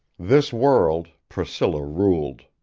this world, priscilla ruled.